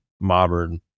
modern